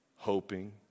Hoping